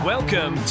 Welcome